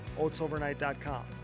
OatsOvernight.com